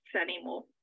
anymore